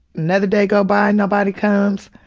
another day go by and nobody comes.